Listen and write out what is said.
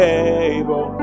able